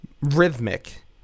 rhythmic